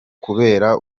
kubera